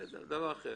זה דבר אחר.